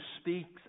speaks